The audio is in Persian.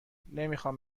نمیخوام